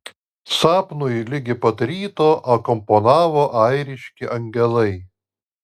sapnui ligi pat ryto akompanavo airiški angelai